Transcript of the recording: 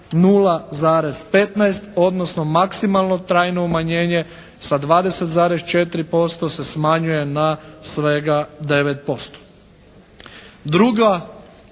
0,15 odnosno maksimalno trajno umanjenje sa 20,4% se smanjuje na svega 9%.